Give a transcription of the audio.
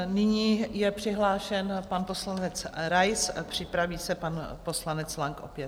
Nyní je přihlášen pan poslanec Rais a připraví se pan poslanec Lang opět.